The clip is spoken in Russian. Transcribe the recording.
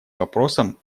вопросам